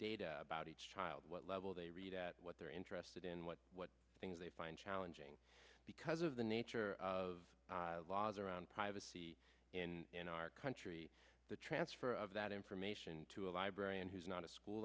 data about each child what level they read what they're interested in what things they find challenging because of the nature of laws around privacy in our country the transfer of that information to a librarian who's not a school